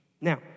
Now